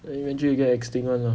and imagine you get extinct [one] lah